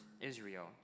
Israel